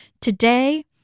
Today